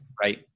Right